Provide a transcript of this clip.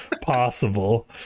possible